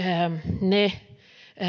ne